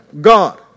God